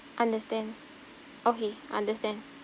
understand okay understand